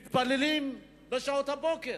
כל יום מתפללים בשעות הבוקר.